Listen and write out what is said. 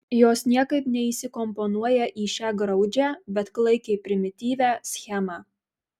jos niekaip neįsikomponuoja į šią graudžią bet klaikiai primityvią schemą